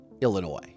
Illinois